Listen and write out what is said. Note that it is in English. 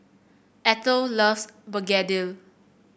Ethyl loves begedil